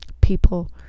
people